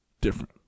different